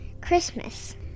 Christmas